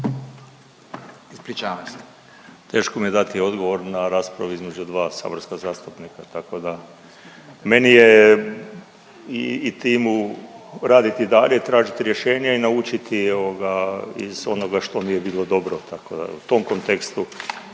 Teško mi je dati odgovor na raspravu između dva saborska zastupnika tako da meni je i timu raditi dalje, tražiti rješenja i naučiti ovoga iz onoga što nije bilo dobro, tako da u tom kontekstu